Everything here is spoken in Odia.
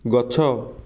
ଗଛ